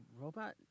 robot